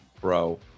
bro